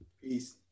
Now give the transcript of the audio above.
Peace